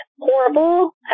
horrible